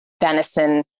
venison